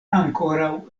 ankoraŭ